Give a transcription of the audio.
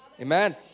Amen